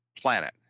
planet